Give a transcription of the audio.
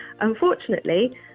Unfortunately